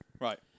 Right